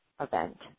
event